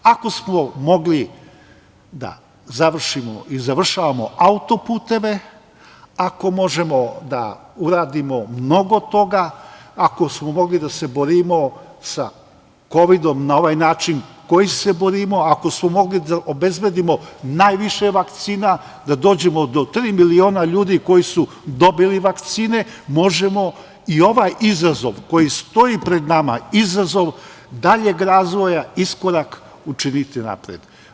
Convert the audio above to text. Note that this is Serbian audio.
Ako smo mogli da završimo i završavamo autoputeve, ako možemo da uradimo mnogo toga, ako smo mogli da se borimo sa kovidom na ovaj način na koji se borimo, ako smo mogli da obezbedimo najviše vakcina, da dođemo do tri miliona ljudi koji su dobili vakcine, možemo i ovaj izazov koji stoji pred nama, izazov daljeg razvoja, iskorak, učiniti napred.